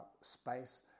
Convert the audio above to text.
space